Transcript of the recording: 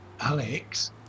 Alex